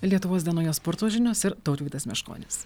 lietuvos dienoje sporto žinios ir tautvydas meškonis